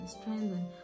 strengthen